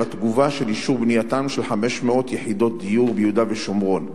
על התגובה של אישור בנייתן של 500 יחידות דיור ביהודה ושומרון,